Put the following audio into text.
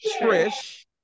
Trish